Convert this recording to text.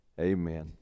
amen